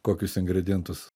kokius ingredientus